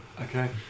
Okay